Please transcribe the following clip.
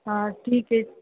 हा ठीक आहे